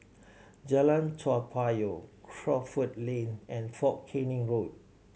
Jalan Toa Payoh Crawford Lane and Fort Canning Road